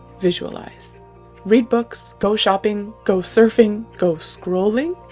visualize read books, go shopping go surfing, go scrolling?